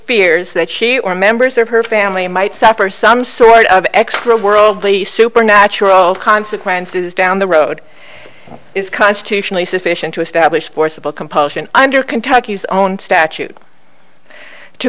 fears that she or members of her family might suffer some sort of extra worldly supernatural consequences down the road is constitutionally sufficient to establish forcible compulsion under kentucky's own statute to